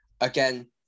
Again